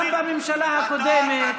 גם בממשלה הקודמת,